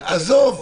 עזוב,